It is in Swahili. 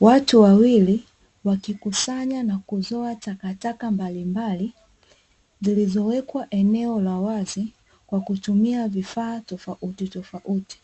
Watu wawili wakikusanya na kuzoa takataka mbalimbali zilizowekwa eneo la wazi kwa kutumia vifaa tofautitofauti,